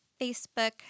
Facebook